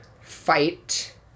fight